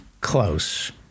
close